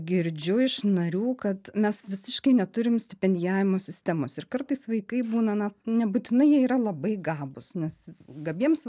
girdžiu iš narių kad mes visiškai neturim stipendijavimo sistemos ir kartais vaikai būna nebūtinai jie yra labai gabūs nes gabiems